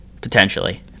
potentially